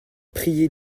prier